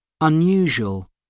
unusual